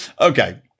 Okay